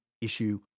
issue